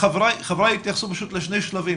חבריי התייחסו לשני שלבים,